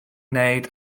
wneud